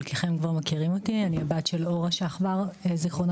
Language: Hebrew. חלקכם כבר מכירים אותי; אני הבת של אורה שחבר ז"ל,